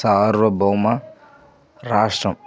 సార్వభౌమ రాష్ట్రం